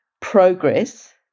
progress